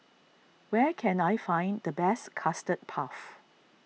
where can I find the best Custard Puff